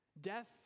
Death